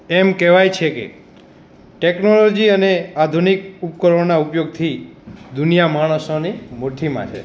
એમ કહેવાય છે કે ટૅકનોલોજી અને આધુનિક ઉપકરણોના ઉપયોગથી દુનિયા માણસોની મુઠ્ઠીમાં છે